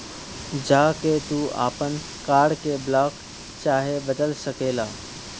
जा के तू आपन कार्ड के ब्लाक चाहे बदल सकेला